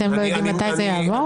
אתם לא יודעים מתי זה יעבור?